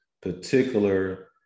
particular